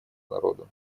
народа